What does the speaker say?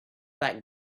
that